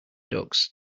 ducks